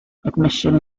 admission